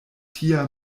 tia